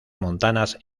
montanas